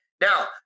now